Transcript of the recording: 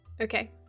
Okay